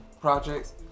projects